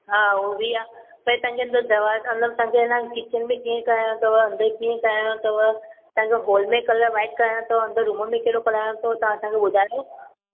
हा हुओ बि आहे पर तव्हांखे अंदरि दरिवाजा अलॻि तव्हांखे हे न किचन बि कीअं कराइणो अथव अंदरि कीअं कराइणो अथव तव्हांजो हॉल में कलर वाइट कराइणो अथव अंदरि रूम में कहिड़ो कराइणो अथव तव्हां असांखे ॿुधायो